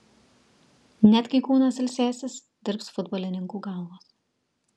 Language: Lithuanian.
net kai kūnas ilsėsis dirbs futbolininkų galvos